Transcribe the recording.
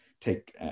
take